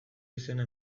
izena